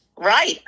Right